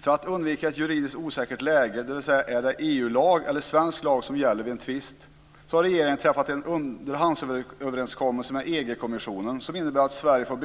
För att undvika ett juridiskt osäkert läge - dvs. om det är EU-lag eller svensk lag som gäller vid tvist - har regeringen träffat en underhandsöverenskommelse med EG-kommissionen som innebär att den 31